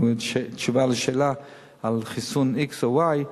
תשובה לשאלה על חיסון x או y,